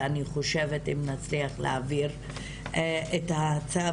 ואני חושבת שאם נצליח להעביר את ההצעה